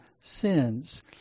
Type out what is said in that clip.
sins